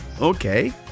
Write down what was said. okay